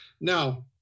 Now